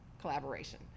collaboration